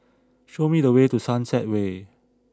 show me the way to Sunset Way